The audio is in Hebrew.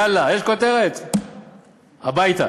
יאללה, יש כותרת, הביתה.